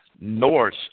north